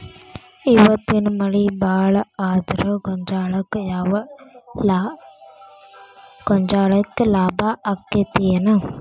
ಇವತ್ತಿನ ಮಳಿ ಭಾಳ ಆದರ ಗೊಂಜಾಳಕ್ಕ ಲಾಭ ಆಕ್ಕೆತಿ ಏನ್?